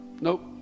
Nope